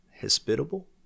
Hospitable